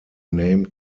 named